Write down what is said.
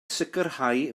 sicrhau